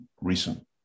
recent